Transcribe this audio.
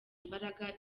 imbaraga